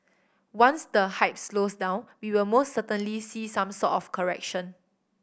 once the hype slows down we will most certainly see some sort of correction